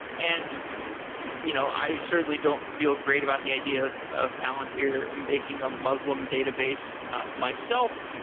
and you know i certainly don't feel great about the idea of of palantir making a muslim database myself,